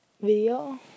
video